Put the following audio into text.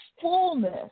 fullness